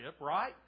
right